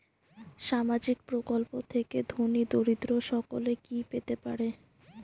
সামাজিক প্রকল্প থেকে ধনী দরিদ্র সকলে কি পেতে পারে?